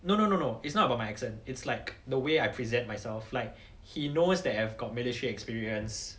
no no no no it's not about my accent it's like the way I present myself like he knows that I've got military experience